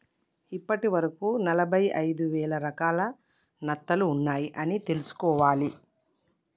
ఇప్పటి వరకు ఎనభై ఐదు వేల రకాల నత్తలు ఉన్నాయ్ అని తెలుసుకోవాలి